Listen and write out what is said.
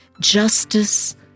Justice